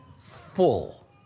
full